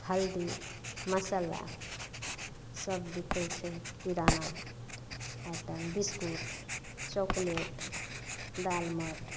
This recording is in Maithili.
हल्दी मसल्ला सब बिकै छै किराना आइटम तहन बिसकुट चॉकलेट दालमोठ